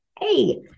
Hey